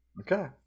Okay